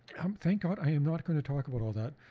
um thank god i am not going to talk about all that.